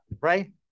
Right